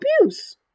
abuse